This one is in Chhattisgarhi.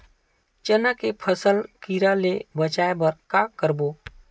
चना के फसल कीरा ले बचाय बर का करबो?